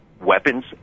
weapons